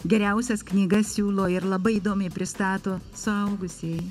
geriausias knygas siūlo ir labai įdomiai pristato suaugusieji